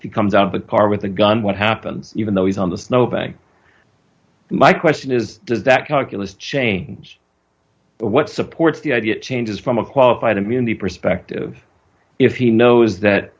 you come down the car with a gun what happened even though he's on the snowbank my question is does that calculus change what supports the idea changes from a qualified immunity perspective if he knows that